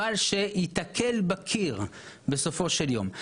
אבל שייתקל בקיר בסופו של יום.